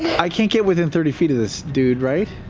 i can't get within thirty feet of this dude, right?